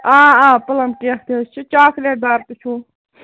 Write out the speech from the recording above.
آ آ پُلَم کیک تہِ حظ چھِ چاکلیٹ دار تہِ چھُو